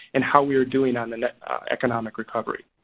and how we are doing on the economic recovery.